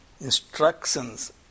instructions